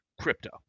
crypto